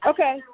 Okay